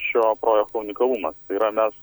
šio projekto unikalumas yra mes